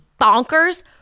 bonkers